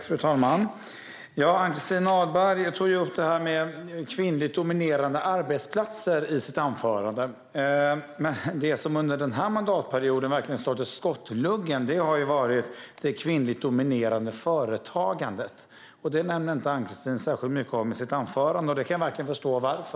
Fru talman! Ann-Christin Ahlberg tog upp detta med kvinnligt dominerade arbetsplatser i sitt anförande. Det som under den här mandatperioden verkligen har stått i skottgluggen har ju varit det kvinnligt dominerade företagandet. Det nämnde inte Ann-Christin särskilt mycket om i sitt anförande, och det kan jag verkligen förstå.